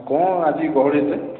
କ'ଣ ଆଜି ଗହଳି ଏତେ